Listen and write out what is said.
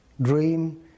dream